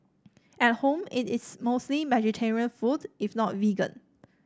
at home it is mostly vegetarian food if not vegan